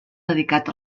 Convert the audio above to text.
dedicat